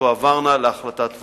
שתועברנה להחלטת ות"ת.